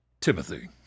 Timothy